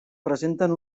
presenten